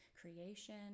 creation